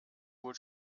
wohl